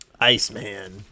Iceman